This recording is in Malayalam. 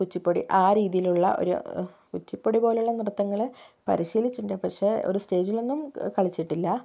കുച്ചിപ്പുടി ആ രീതിയിലുള്ള ഒര് കുച്ചിപ്പുടി പോലുള്ള നൃത്തങ്ങള് പരിശീലിച്ചിട്ടുണ്ട് പക്ഷേ ഒരു സ്റ്റേജിലൊന്നും കളിച്ചിട്ടില്ല